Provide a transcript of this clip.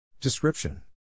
Description